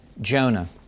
Jonah